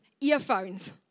earphones